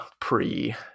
pre